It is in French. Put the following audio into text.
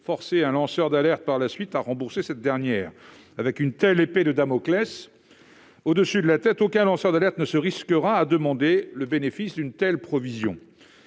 un lanceur d'alerte pourrait donc être contraint à la rembourser. Avec une telle épée de Damoclès au-dessus de la tête, aucun lanceur d'alerte ne se risquera à demander le bénéfice d'une telle provision.